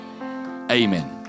Amen